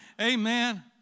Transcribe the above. amen